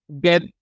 get